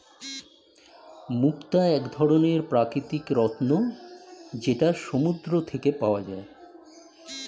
মুক্তা এক ধরনের প্রাকৃতিক রত্ন যেটা সমুদ্র থেকে পাওয়া যায়